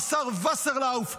והשר וסרלאוף,